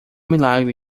milagre